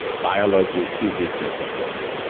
biology, physics and so forth.